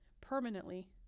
permanently